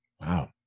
Wow